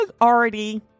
already